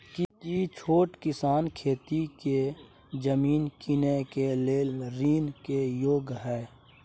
की छोट किसान खेती के जमीन कीनय के लेल ऋण के योग्य हय?